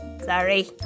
Sorry